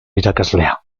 irakaslea